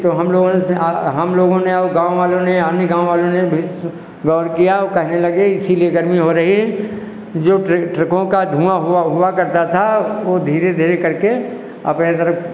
तो हम लोगों ने उसमें हम लोगों ने और गाँव वालों ने अन्य गाँव वालों ने भी गौर किया और कहने लगे इसीलिए गर्मी हो रही है जो ट्रकों का धुआँ हुआ हुआ करता था वह धीरे धीरे करके अपने तरफ